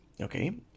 Okay